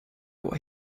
what